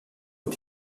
und